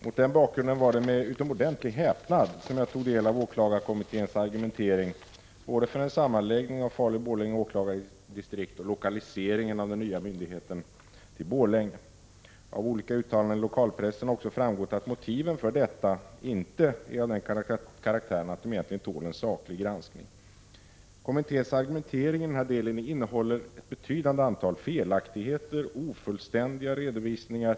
Mot denna bakgrund var det med utomordentligt stor häpnad jag tog del av åklagarkommitténs argumentering både för en sammanslagning av Falu och Borlänge åklagardistrikt och för lokaliseringen av den nya myndigheten till Borlänge. Av olika uttalanden i lokalpressen har också framgått att motiven för detta inte är av den karaktären att de egentligen tål en saklig granskning. Kommitténs argumentering i denna del innehåller ett betydande antal felaktigheter och ofullständiga redovisningar.